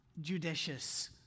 judicious